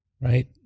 Right